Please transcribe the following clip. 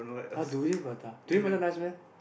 !huh! durian prata durian prata nice meh